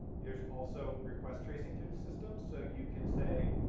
there's also request tracing through the system. so you can say,